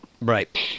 Right